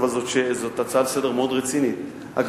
אבל זו הצעה מאוד רצינית לסדר-היום.